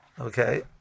Okay